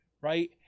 right